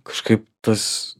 kažkaip tas